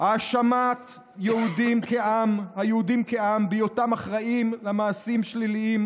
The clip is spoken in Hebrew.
האשמת היהודים כעם בהיותם אחראים למעשים שליליים,